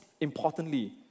importantly